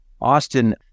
Austin